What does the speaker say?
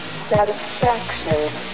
satisfaction